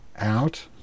out